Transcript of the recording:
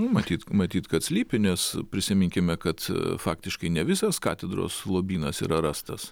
matyt matyt kad slypi nes prisiminkime kad faktiškai ne visas katedros lobynas yra rastas